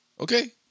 Okay